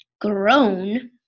grown